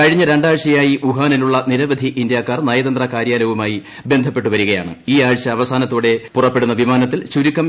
കഴിഞ്ഞ രണ്ടാഴ്ചയായി വുഹാനിലുള്ള നിരവധി ഇന്ത്യക്കാർ നയതന്ത്ര കാര്യാലയവുമായി ബന്ധപ്പെട്ടുവരികയാണ് ഈ ആഴ്ച അവസാനത്തോടെ പുറപ്പെടുന്ന വിമാനത്തിൽ